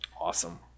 Awesome